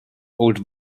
old